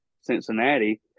Cincinnati